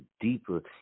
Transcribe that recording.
deeper